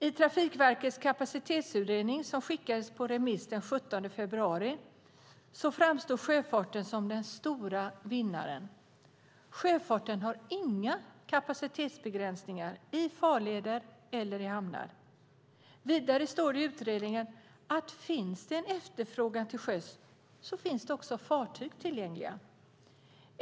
I Trafikverkets kapacitetsutredning som skickades på remiss den 17 februari framstår sjöfarten som den stora vinnaren. Sjöfarten har inga kapacitetsbegränsningar i farleder eller i hamnar. Vidare står det i utredningen att finns det en efterfrågan till sjöss finns också fartyg tillgängliga.